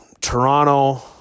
Toronto